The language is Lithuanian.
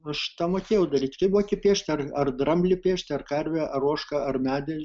aš tą mokėjau daryt kai moki piešt ar ar dramblį piešt ar karvę ar ožką ar medį